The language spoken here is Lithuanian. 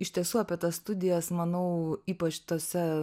iš tiesų apie tas studijas manau ypač tuose